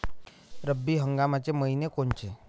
रब्बी हंगामाचे मइने कोनचे?